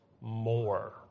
more